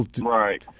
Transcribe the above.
Right